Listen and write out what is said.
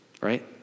right